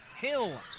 Hill